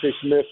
Smith